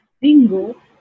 Bingo